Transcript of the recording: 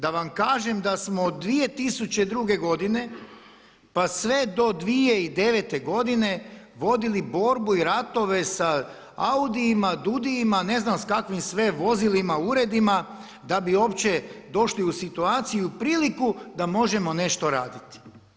Da vam kažemo da smo od 2002. godine pa sve do 2009. godine vodili borbu i ratove sa AUDI-ima, DUUDI-ima ne znam s kakvim sve vozilima, uredima da bi uopće došli u situaciju i priliku da možemo nešto raditi.